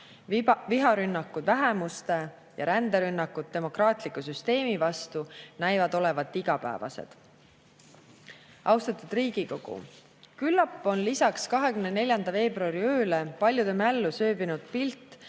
viharünnakud vähemuste ja ränderünnakud demokraatliku süsteemi vastu näivad olevat igapäevased. Austatud Riigikogu! Küllap on lisaks 24. veebruari ööle paljude mällu sööbinud pilt,